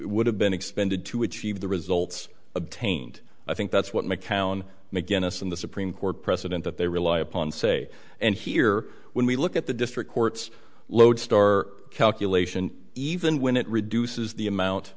would have been expended to achieve the results obtained i think that's what mccown mcginnis and the supreme court precedent that they rely upon say and here when we look at the district courts lodestar calculation even when it reduces the amount